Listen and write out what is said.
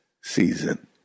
season